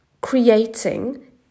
creating